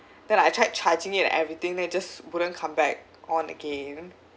then I tried charging it and everything then it just wouldn't come back on again